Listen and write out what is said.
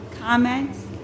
comments